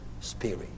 spirit